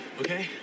Okay